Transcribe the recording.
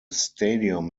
stadium